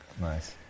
Nice